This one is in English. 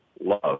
love